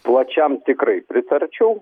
plačiam tikrai pritarčiau